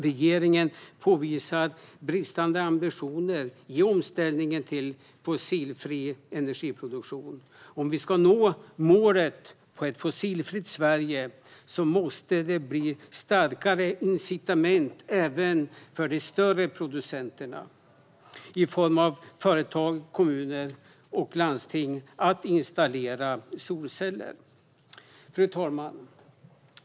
Regeringen visar bristande ambitioner i omställningen till fossilfri energiproduktion. Om vi ska nå målet om ett fossilfritt Sverige måste det finnas starkare incitament även för de större producenterna, såsom företag, kommuner och landsting, att installera solceller.